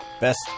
Best